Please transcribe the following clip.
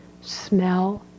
Smell